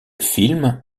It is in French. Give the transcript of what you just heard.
film